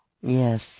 Yes